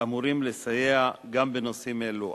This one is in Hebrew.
אמורים לסייע גם בנושאים אלו.